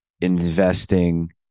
investing